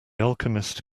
alchemist